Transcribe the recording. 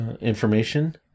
information